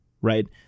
right